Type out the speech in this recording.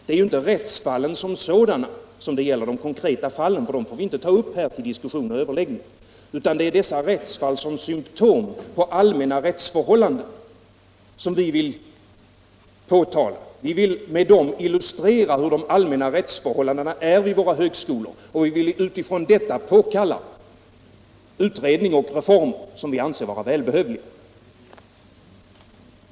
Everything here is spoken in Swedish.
Det är inte rättsfallen som sådana det gäller — de konkreta fallen — för dem får vi inte ta upp till diskussion här, utan det är dessa rättsfall som symtom på allmänna rättsförhållanden som vi vill påtala. Vi vill med dem illustrera de allmänna rättsförhållandena vid högskolorna, och vi vill utifrån detta påkalla utredningar och reformer som vi anser vara välbehövliga.